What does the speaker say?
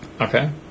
Okay